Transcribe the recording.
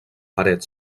paret